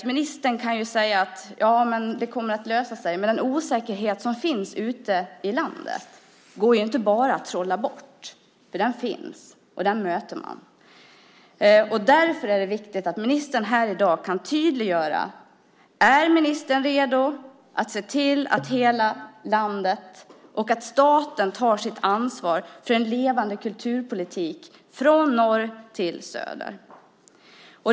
Ministern kan ju säga att det kommer att lösa sig, men den osäkerhet som finns ute i landet går inte att bara trolla bort. Den finns ju, och man möter den. Därför är det viktigt att ministern här i dag kan tydliggöra om ministern är redo att se till att staten tar sitt ansvar för en levande kulturpolitik från norr till söder.